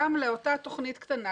גם לאותה תוכנית קטנה,